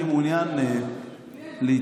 אני מעוניין להתייחס,